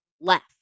left